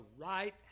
right